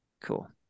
Cool